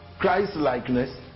Christ-likeness